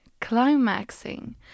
climaxing